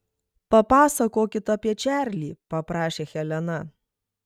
papasakokit apie čarlį paprašė helena